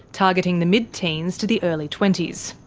targeting the mid-teens to the early twenty s.